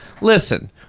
listen